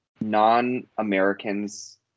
non-americans